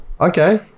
Okay